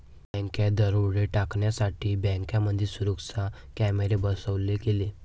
बँकात दरोडे टाळण्यासाठी बँकांमध्ये सुरक्षा कॅमेरे बसवले गेले